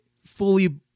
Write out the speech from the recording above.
fully